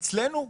אצלנו,